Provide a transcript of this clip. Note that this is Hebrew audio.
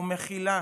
ומחילה